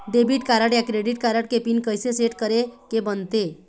Debit card या credit card के pin कइसे सेट करे के बनते?